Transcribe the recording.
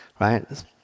right